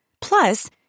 Plus